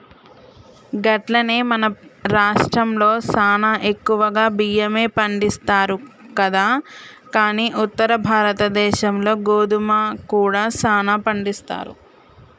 గట్లనే మన రాష్ట్రంలో సానా ఎక్కువగా బియ్యమే పండిస్తారు కదా కానీ ఉత్తర భారతదేశంలో గోధుమ కూడా సానా పండిస్తారు